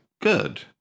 Good